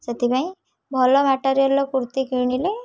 ସେଥିପାଇଁ ଭଲ ମେଟେରିଆଲ୍ କୁର୍ତ୍ତୀ କିଣିଲେ